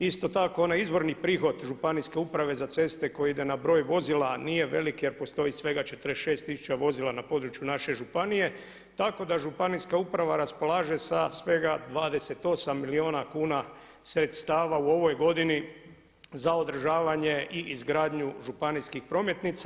Isto tako, onaj izvorni prihod Županijske uprave za ceste koji ide na broj vozila, nije velik jer postoji svega 46000 vozila na području naše županije, tako da županijska uprava raspolaže sa svega 28 milijuna kuna sredstava u ovoj godini za održavanje i izgradnju županijskih prometnica.